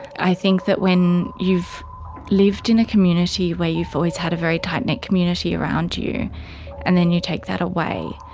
i think that when you've lived in a community where you've always had a very tightknit community around you and then you take that away,